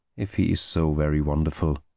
if he is so very wonderful?